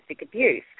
abuse